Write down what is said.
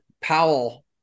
Powell